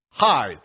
Hi